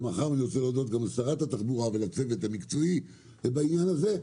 אני רוצה להודות גם לשרת התחבורה ולצוות המקצועי בעניין הזה,